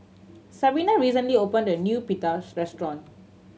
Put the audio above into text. Sabina recently opened a new Pita restaurant